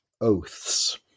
oaths